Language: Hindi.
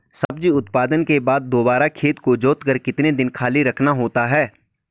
सब्जी उत्पादन के बाद दोबारा खेत को जोतकर कितने दिन खाली रखना होता है?